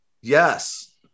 Yes